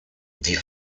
die